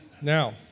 now